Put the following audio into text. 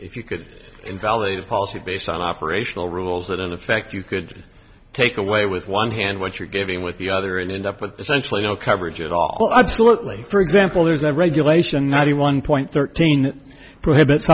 if you could invalidate a policy based on operational rules that in effect you could take away with one hand what you're giving with the other end up with essentially no coverage at all absolutely for example there's a regulation ninety one point thirteen prohibits